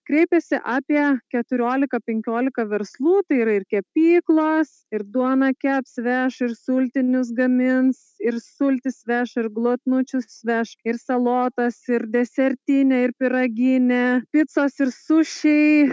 kreipėsi apie keturiolika penkiolika verslų tai yra ir kepyklos ir duoną keps veš ir sultinius gamins ir sultis veš ir glotnučius veš ir salotas ir desertinė ir pyraginė picos ir sušiai